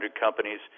companies